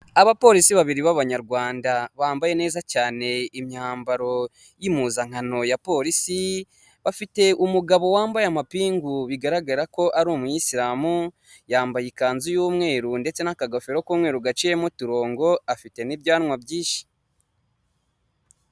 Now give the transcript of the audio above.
Abapolisi babiri b'Abanyarwanda bambaye neza cyane imyambaro y'impuzankano ya polisi bafite umugabo wambaye amapingu bigaragara ko ari umuyisilamu, yambaye ikanzu y'umweru ndetse n'akagofero k'umweru gaciyemo uturongo afite n'ibyanwa byinshi.